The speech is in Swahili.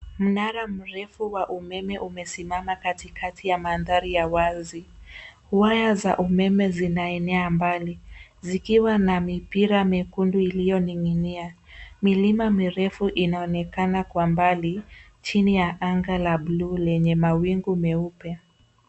Mnara mrefu wa umeme umesimama katikati ya mandhari ya wazi. Waya za umeme zinaenea mbali zikiwa na mipira mekundu iliyoning'inia. Milima mirefu inaonekana kwa mbali chini la angaa la bluu lenye mawingu meupe.